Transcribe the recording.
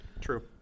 True